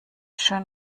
schön